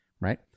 Right